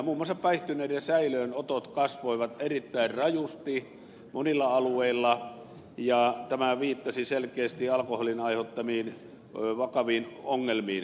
muun muassa päihtyneiden säilöönotot kasvoivat erittäin rajusti monilla alueilla ja tämä viittasi selkeästi alkoholin aiheuttamiin vakaviin ongelmiin